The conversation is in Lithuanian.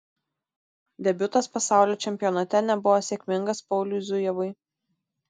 debiutas pasaulio čempionate nebuvo sėkmingas pauliui zujevui